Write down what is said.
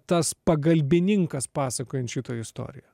tas pagalbininkas pasakojančiu istoriją